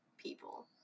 people